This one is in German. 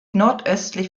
nordöstlich